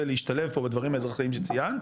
להשתלב פה בדברים האזרחיים שציינת,